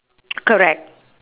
correct